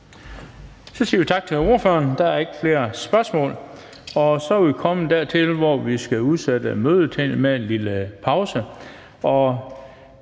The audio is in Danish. Så siger vi tak til ordføreren. Der er ikke flere spørgsmål. Så er vi kommet dertil, hvor vi skal udsætte mødet og holde en lille pause.